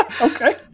Okay